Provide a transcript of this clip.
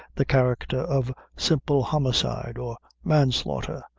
the character of simple homicide or manslaughter,